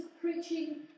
preaching